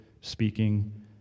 speaking